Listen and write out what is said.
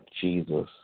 Jesus